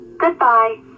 Goodbye